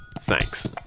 Thanks